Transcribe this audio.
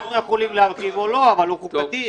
אנחנו יכולים להרחיב או לא אבל הוא חוקתי,